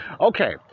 okay